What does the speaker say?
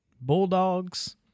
Bulldogs